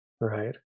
right